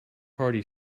hearty